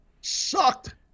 Sucked